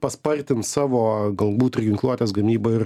paspartins savo galbūt ir ginkluotės gamybą ir